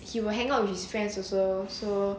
he will hang out with friends also so